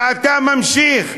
ואתה ממשיך,